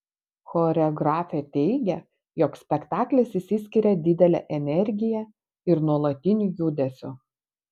choreografė teigia jog spektaklis išsiskiria didele energija ir nuolatiniu judesiu